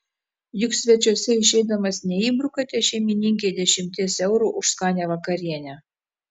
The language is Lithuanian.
juk svečiuose išeidamas neįbrukate šeimininkei dešimties eurų už skanią vakarienę